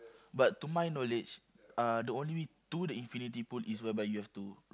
but to my knowledge uh the only way to the infinity pool is whereby you have to